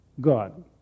God